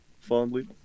fondly